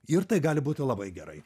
ir tai gali būti labai gerai